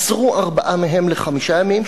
עצרו ארבעה מהם לחמישה ימים,